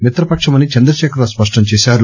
మిత్రపక్షమని చంద్రశేఖర్ రావు స్పష్టం చేశారు